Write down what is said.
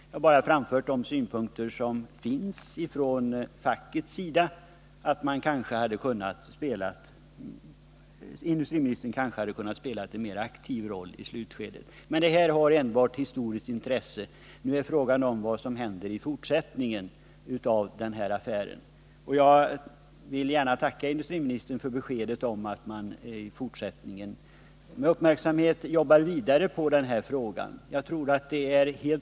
Jag har bara framfört de synpunkter man har från fackets sida, nämligen att industriministern kanske hade kunnat spela en mer aktiv roll i slutskedet. Men detta har enbart historiskt intresse. Nu är det fråga om vad som händer i fortsättningen av den här affären. Jag vill gärna tacka industriministern för beskedet om att man från industridepartementets sida jobbar vidare på den här frågan och följer den fortsatta utvecklingen med uppmärksamhet.